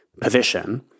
position